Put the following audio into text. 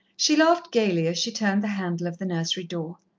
she laughed gaily as she turned the handle of the nursery door.